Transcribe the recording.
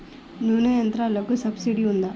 నూనె యంత్రాలకు సబ్సిడీ ఉందా?